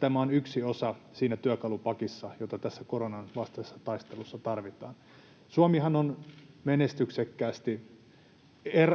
tämä on yksi osa siinä työkalupakissa, jota tässä koronan vastaisessa taistelussa tarvitaan. Suomihan on menestyksekkäästi,